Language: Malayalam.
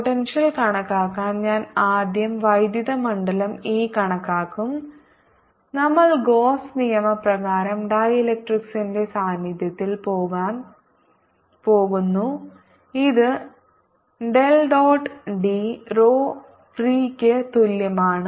പോട്ടെൻഷ്യൽ കണക്കാക്കാൻ ഞാൻ ആദ്യം വൈദ്യുത മണ്ഡലം E കണക്കാക്കും നമ്മൾ ഗാസ് നിയമപ്രകാരം ഡൈലെക്ട്രിക്സിന്റെ സാന്നിധ്യത്തിൽ പോകാൻ പോകുന്നു ഇത് del dot D rho free ക്ക് തുല്യമാണ്